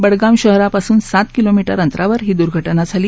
बङगाम शहरापासून सात किलोमीटर अंतरावर ही दुर्घटना झाली